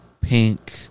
pink